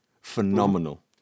Phenomenal